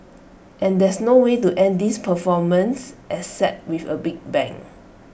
and there's no way to end this performance except with A big bang